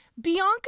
Bianca